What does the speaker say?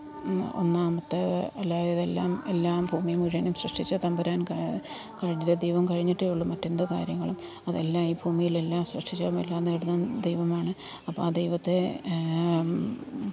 ഒന്നാമത്തെ എല്ലാം ഇതെല്ലാം എല്ലാം ഭൂമി മുഴുവനും സൃഷ്ടിച്ച തമ്പുരാൻ ദൈവം കഴിഞ്ഞിട്ടേയുള്ളൂ മറ്റെന്തു കാര്യങ്ങളും അതെല്ലാം ഈ ഭൂമിയിൽ എല്ലാം സൃഷ്ടിച്ചതും എല്ലാം നേടുന്നതും ദൈവമാണ് അപ്പം ദൈവത്തെ